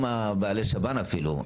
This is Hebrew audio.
גם בעלי שב"ן אפילו,